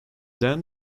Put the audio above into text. then